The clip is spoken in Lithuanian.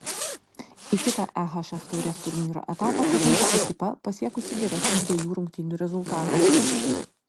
į kitą ehf taurės turnyro etapą patenka ekipa pasiekusi geresnį dviejų rungtynių rezultatą